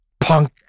punk